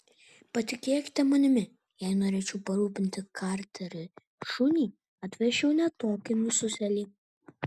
patikėkite manimi jei norėčiau parūpinti karteriui šunį atvesčiau ne tokį nususėlį